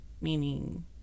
Meaning